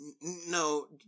No